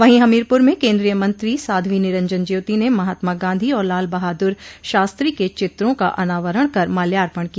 वहीं हमीरपूर में केन्द्रीय मंत्री साध्वी निरंजन ज्योति ने महात्मा गांधी और लाल बहादुर शास्त्री के चित्रों का अनावरण कर माल्यार्पण किया